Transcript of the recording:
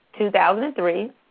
2003